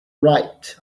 right